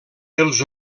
els